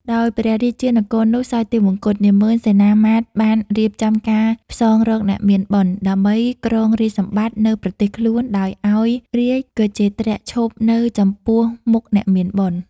ដោយព្រះរាជានគរនោះសោយទិវង្គត នាម៉ឺនសេនាមាត្យបានរៀបចំការផ្សងរកអ្នកមានបុណ្យ ដើម្បីគ្រងរាជ្យសម្បត្តិនៅប្រទេសខ្លួនដោយឱ្យរាជគជេន្ទ្រឈប់នៅចំពោះមុខអ្នកមានបុណ្យ។